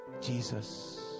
Jesus